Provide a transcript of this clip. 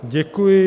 Děkuji.